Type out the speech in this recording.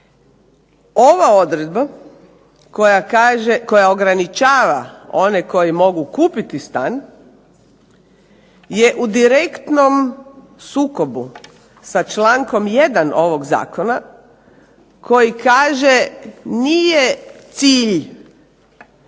koja kaže, koja ograničava one koji mogu kupiti stan je u direktnom sukobu sa člankom 1. ovog zakona koji kaže nije cilj